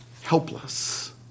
helpless